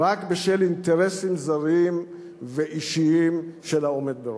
רק בשל אינטרסים זרים ואישיים של העומד בראשה.